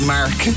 Mark